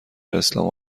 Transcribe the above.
اسلام